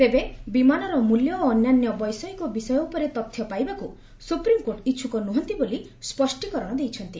ତେବେ ବିମାନର ମୂଲ୍ୟ ଓ ଅନ୍ୟାନ୍ୟ ବୈଷୟିକ ବିଷୟ ଉପରେ ତଥ୍ୟ ପାଇବାକୁ ସୁପ୍ରିମକୋର୍ଟ ଇଚ୍ଛୁକ ନୁହଁନ୍ତି ବୋଲି ସ୍ୱଷ୍ଟିକରଣ ଦେଇଛନ୍ତି